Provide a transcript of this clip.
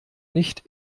nicht